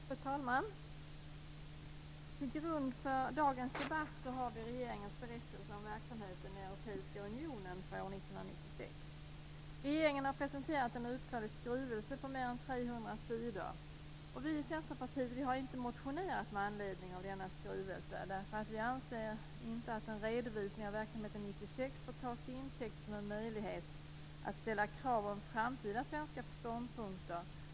Fru talman! Till grund för dagens debatt ligger regeringens berättelse om verksamheten i Europeiska unionen för år 1996. Regeringen har presenterat en utförlig skrivelse på mer än 300 sidor. Vi i Centerpartiet har inte motionerat med anledning av denna skrivelse. Vi anser inte att en redovisning av verksamheten 1996 bör tas till intäkt för möjligheten att ställa krav om framtida svenska ståndpunkter.